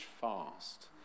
fast